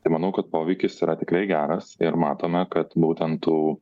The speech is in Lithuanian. tai manau kad poveikis yra tikrai geras ir matome kad būtent tų